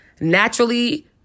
Naturally